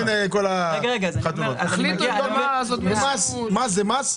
מס זה מס.